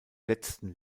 letzten